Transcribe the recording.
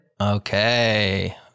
Okay